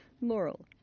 laurel